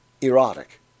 erotic